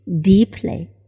deeply